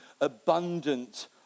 abundant